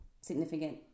significant